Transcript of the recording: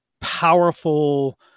powerful